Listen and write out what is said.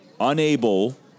unable